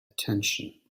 attention